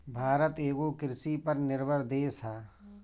भारत एगो कृषि पर निर्भर देश ह